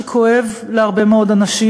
מעשה שכואב להרבה מאוד אנשים,